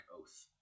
oath